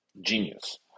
genius